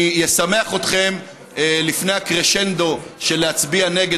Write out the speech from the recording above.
אני אשמח אתכם לפני הקרשנדו של להצביע נגד